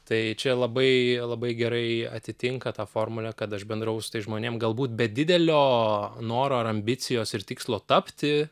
tai čia labai labai gerai atitinka tą formulę kad aš bendravau su tais žmonėm galbūt be didelio noro ar ambicijos ir tikslo tapti